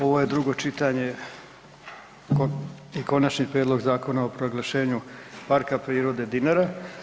Ovo je drugo čitanje Konačnog prijedloga Zakona o proglašavanju Parka prirode „Dinara“